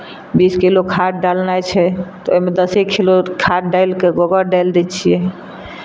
बीस किलो खाद डालनाइ छै तऽ ओहिमे दसे किलो खाद डालि कऽ गोबर डालि दै छियै